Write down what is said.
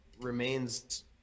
remains